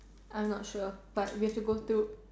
I'm not sure but we have to go to